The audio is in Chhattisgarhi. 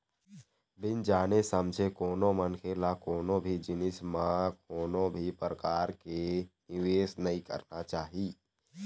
बिन जाने समझे कोनो मनखे ल कोनो भी जिनिस म कोनो भी परकार के निवेस नइ करना चाही